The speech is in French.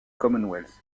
commonwealth